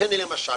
למשל